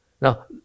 Now